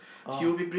oh